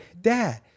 dad